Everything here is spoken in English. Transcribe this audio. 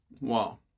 Wow